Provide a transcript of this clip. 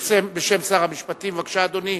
בשם שר המשפטים, בבקשה, אדוני.